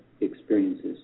experiences